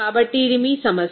కాబట్టి ఇది మీ సమస్య